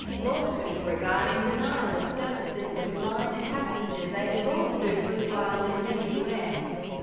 lawsuit regarding denial of services to blind passengers a lawsuit was filed in the u s.